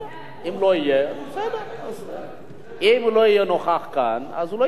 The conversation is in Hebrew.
אם הוא לא יהיה נוכח כאן, אז הוא לא ידבר.